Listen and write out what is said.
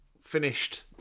finished